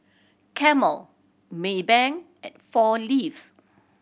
Camel Maybank and Four Leaves